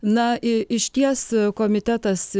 na išties komitetas